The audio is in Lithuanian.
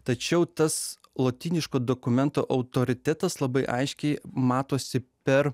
tačiau tas lotyniško dokumento autoritetas labai aiškiai matosi per